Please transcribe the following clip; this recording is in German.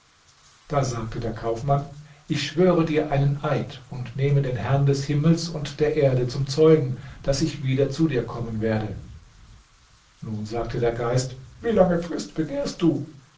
da sagte der kaufmann ich schwöre dir einen eid und nehme den herrn des himmels und der erde zum zeugen daß ich wieder zu dir kommen werde nun sagte der geist wie lange frist begehrst du